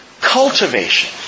cultivation